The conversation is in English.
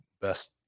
best